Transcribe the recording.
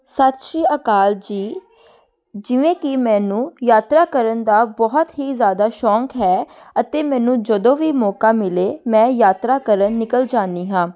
ਸਤਿ ਸ਼੍ਰੀ ਅਕਾਲ ਜੀ ਜਿਵੇਂ ਕਿ ਮੈਨੂੰ ਯਾਤਰਾ ਕਰਨ ਦਾ ਬਹੁਤ ਹੀ ਜ਼ਿਆਦਾ ਸ਼ੌਂਕ ਹੈ ਅਤੇ ਮੈਨੂੰ ਜਦੋਂ ਵੀ ਮੌਕਾ ਮਿਲੇ ਮੈਂ ਯਾਤਰਾ ਕਰਨ ਨਿਕਲ ਜਾਂਦੀ ਹਾਂ